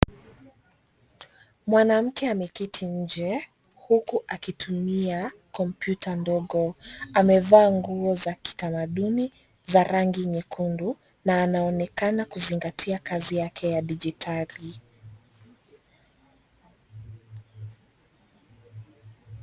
Mwanamke ameketi nje huku akitumia kompyuta ndogo. Amevaa nguo za kitamaduni za rangi nyekundu na anaonekana kuzingatia kazi yake ya dijitali.